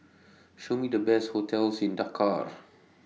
Show Me The Best hotels in Dakar